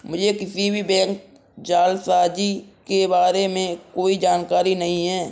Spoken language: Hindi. मुझें किसी भी बैंक जालसाजी के बारें में कोई जानकारी नहीं है